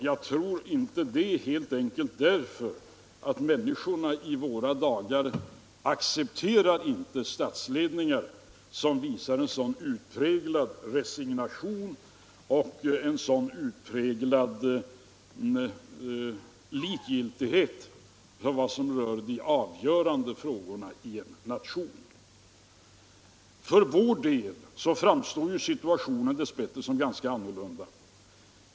Jag tror det inte helt enkelt därför att människorna i våra dagar accepterar inte statsledningar som visar en sådan utpräglad resignation och en sådan utpräglad likgiltighet för vad som rör de avgörande frågorna i en nation. För vår del framstår situationen dess bättre som ganska annorlunda.